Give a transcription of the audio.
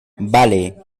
vale